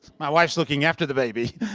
my wife's looking after the baby.